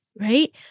right